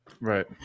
Right